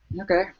Okay